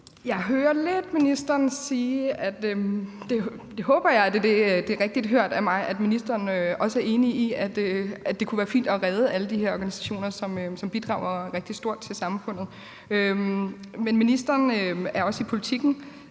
Jeg hører lidt ministeren sige – det håber jeg er rigtigt hørt af mig – at ministeren også er enig i, at det kunne være fint at redde alle de her organisationer, som bidrager rigtig stort til samfundet. Men ministeren er også i Politikens